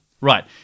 Right